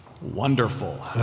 wonderful